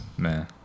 Man